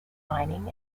mining